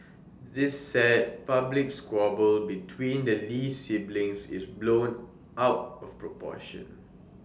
this sad public squabble between the lee siblings is blown out of proportion